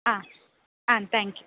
ஆ ஆ thank you